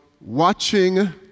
watching